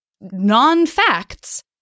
non-facts